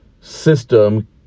system